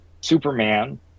Superman